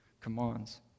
commands